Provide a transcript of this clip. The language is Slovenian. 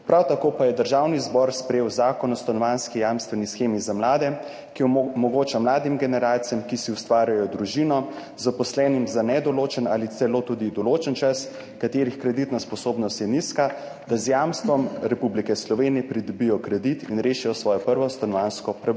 prav tako pa je Državni zbor sprejel Zakon o stanovanjski jamstveni shemi za mlade, ki omogoča mladim generacijam, ki si ustvarjajo družino, zaposlenim za nedoločen ali celo tudi določen čas, katerih kreditna sposobnost je nizka, da z jamstvom Republike Slovenije pridobijo kredit in rešijo svojo prvo stanovanjsko problematiko.